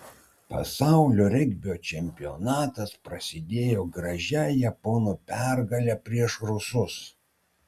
pasaulio regbio čempionatas prasidėjo gražia japonų pergale prieš rusus